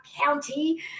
County